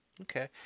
Okay